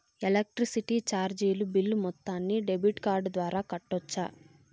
Electricity చార్జీలు bill మొత్తాన్ని debit card ద్వారా కట్టొచ్చా?